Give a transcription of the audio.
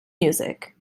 music